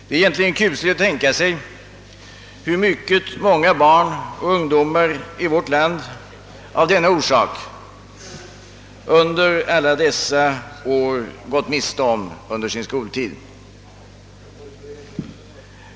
Det är egentligen kusligt att tänka sig hur mycket många barn och ungdomar i vårt land av denna orsak gått miste om under sin skoltid.